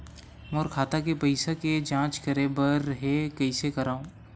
मोर खाता के पईसा के जांच करे बर हे, कइसे करंव?